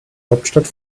hauptstadt